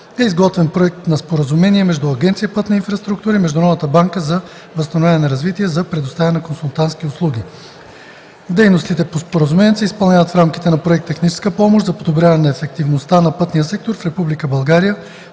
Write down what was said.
е изготвен Проект на споразумение между Агенция „Пътна инфраструктура” и Международната банка за възстановяване и развитие за предоставяне на консултантски услуги. Дейностите по споразумението се изпълняват в рамките на проект „Техническа помощ за подобряване на ефективността на пътния сектор в Република България”,